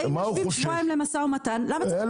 שבועיים למשא ומתן.